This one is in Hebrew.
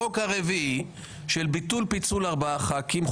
החוק הרביעי של ביטול פיצול ארבעה ח"כים,